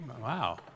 Wow